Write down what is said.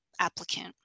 applicant